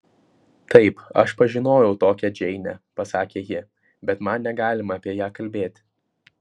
taip aš pažinojau tokią džeinę pasakė ji bet man negalima apie ją kalbėti